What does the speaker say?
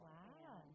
Wow